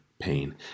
pain